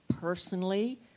personally